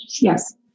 yes